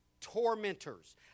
tormentors